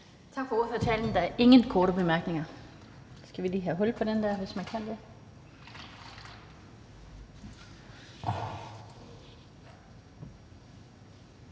Tak for ordførertalen. Der er et par korte bemærkninger.